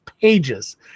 pages